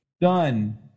done